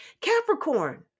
Capricorn